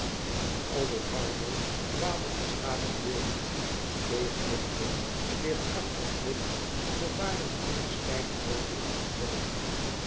aldo ardo waadde de schapen door steeg luchtig veerkrachtig vlug de varengroene steile heuvelen omhoog